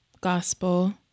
gospel